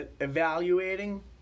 evaluating